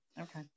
Okay